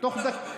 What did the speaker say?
לשחרר.